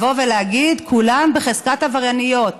כולן בחזקת עברייניות